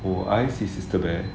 oh I see sister bear